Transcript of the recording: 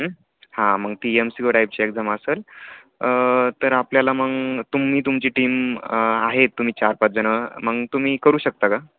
हां मग ती एम सी क्यू टाईपची एक्झाम असेल तर आपल्याला मग तुम्ही तुमची टीम आहेत तुम्ही चार पाच जणं मग तुम्ही करू शकता का